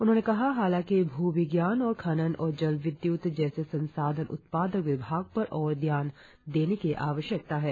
उन्होंने कहा हालांकि भूविज्ञान और खनन और जल विद्य्त जैसे संसाधन उत्पादक विभाग पर और ध्यान देने की आवश्यकता है